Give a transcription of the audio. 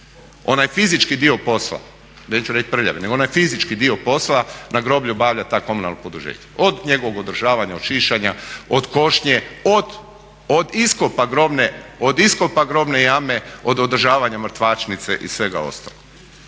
onaj fizički dio posla neću reći prljavi, nego onaj fizički dio posla na groblju obavlja to komunalno poduzeće od njegovog održavanja, od šišanja, od košnje, od iskopa grobne jame, od održavanja mrtvačnice i svega ostalog.